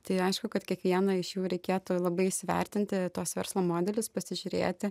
tai aišku kad kiekvieną iš jų reikėtų labai įsivertinti tuos verslo modelius pasižiūrėti